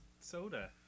soda